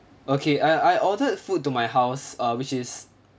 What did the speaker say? okay I I ordered food to my house uh which is